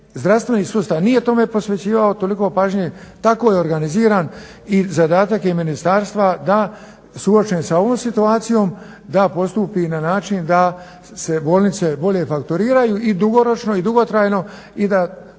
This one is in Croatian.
zdravstveni sustav nije tome posvećivao toliko pažnje tako je organiziran i zadatak je ministarstva da suočeni sa ovom situacijom da postupi na način da se bolnice bolje fakturiraju i dugoročno i dugotrajno i da